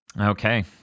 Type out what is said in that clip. Okay